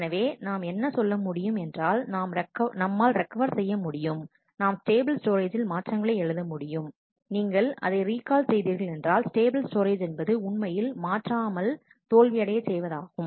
எனவே நாம் என்ன சொல்ல முடியும் என்றால் நம்மால் ரெக்கவர் செய்ய முடியும் நாம் ஸ்டேபிள் ஸ்டோரேஜ்ஜில் மாற்றங்களை எழுத முடியும் நீங்கள் அதை ரீகால் செய்தீர்கள் என்றால் ஸ்டேபிள் ஸ்டோரேஜ் என்பது உண்மையில் மாற்றாமல் தோல்வியடைய செய்வதாகும்